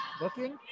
looking